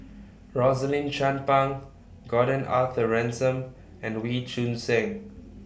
Rosaline Chan Pang Gordon Arthur Ransome and Wee Choon Seng